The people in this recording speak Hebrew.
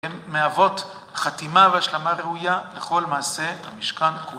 הם מהוות חתימה והשלמה ראויה לכל מעשה, למשכן כו...